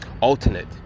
alternate